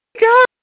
god